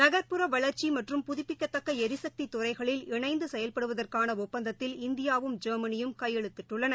நகா்புற வளா்ச்சி மற்றும் புதுப்பிக்கத்தக்க ளிசக்தி துறைகளில் இணைந்து செயல்படுவதற்கான ஒப்பந்தத்தில் இந்தியாவும் ஜெர்மனியும் கையெழுத்திட்டுள்ளன